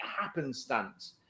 happenstance